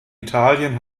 italien